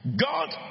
God